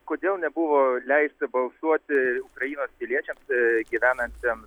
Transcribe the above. kodėl nebuvo leista balsuoti ukrainos piliečiams gyvenantiem